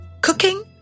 Cooking